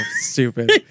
stupid